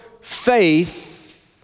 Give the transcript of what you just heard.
faith